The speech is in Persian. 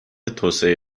توسعه